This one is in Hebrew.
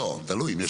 לא, תלוי.